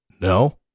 No